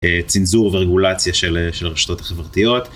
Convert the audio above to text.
צנזור ורגולציה של הרשתות החברתיות.